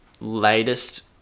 latest